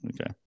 Okay